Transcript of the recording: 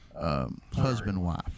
husband-wife